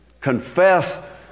Confess